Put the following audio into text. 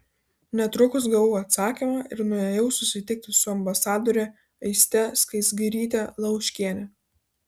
netrukus gavau atsakymą ir nuėjau susitikti su ambasadore aiste skaisgiryte liauškiene